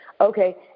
Okay